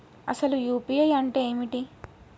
అసలు యూ.పీ.ఐ అంటే ఏమిటి?